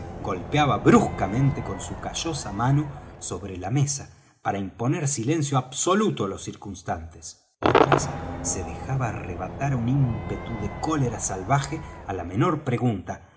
golpeaba bruscamente con su callosa mano sobre la mesa para imponer silencio absoluto á los circunstantes otras se dejaba arrebatar á un ímpetu de cólera salvaje á la menor pregunta